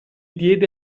diede